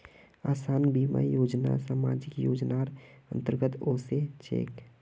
आसान बीमा योजना सामाजिक योजनार अंतर्गत ओसे छेक